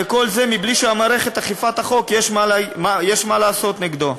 וכל זה מבלי שלמערכת אכיפת החוק יש מה לעשות נגדו.